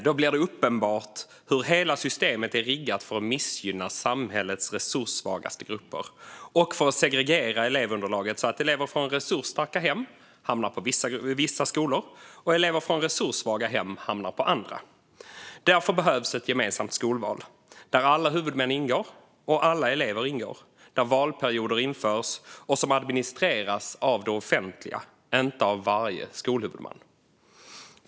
Då blir det uppenbart hur hela systemet är riggat för att missgynna samhällets resurssvagaste grupper och för att segregera elevunderlaget så att elever från resursstarka hem hamnar på vissa skolor och elever från resurssvaga hem hamnar på andra. Därför behövs ett gemensamt skolval där alla huvudmän och alla elever ingår, där valperioder införs och som administreras av det offentliga och inte av varje skolhuvudman.